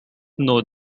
know